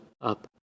up